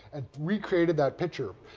and re-created that picture.